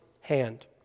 hand